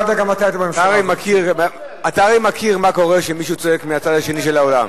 אתה הרי מכיר מה קורה שמישהו צועק מהצד השני של האולם.